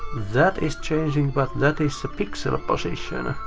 that is changing, but that is the pixel position.